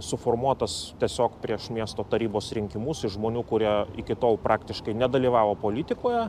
suformuotas tiesiog prieš miesto tarybos rinkimus žmonių kurie iki tol praktiškai nedalyvavo politikoje